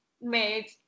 made